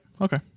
Okay